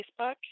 Facebook